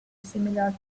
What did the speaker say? similar